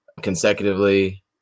consecutively